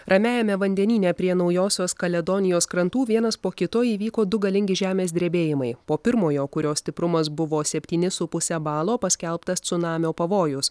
ramiajame vandenyne prie naujosios kaledonijos krantų vienas po kito įvyko du galingi žemės drebėjimai po pirmojo kurio stiprumas buvo septyni su puse balo paskelbtas cunamio pavojus